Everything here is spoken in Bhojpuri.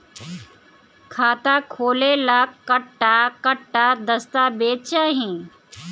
खाता खोले ला कट्ठा कट्ठा दस्तावेज चाहीं?